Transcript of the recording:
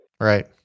Right